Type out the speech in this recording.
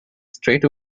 straight